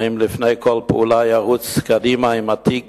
האם לפני כל פעולה ירוץ קדימה עם התיק